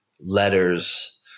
letters